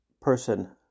person